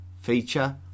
feature